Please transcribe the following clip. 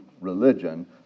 religion